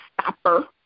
stopper